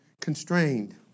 constrained